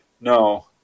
No